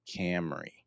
Camry